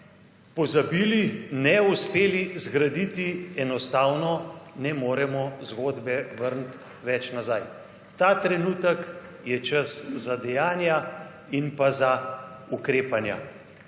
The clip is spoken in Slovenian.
pozabili, neuspeli zgraditi, enostavno ne moremo zgodbe vrnit več nazaj. Ta trenutek je čas za dejanja in pa za ukrepanja.